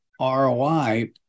ROI